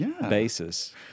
basis